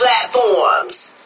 platforms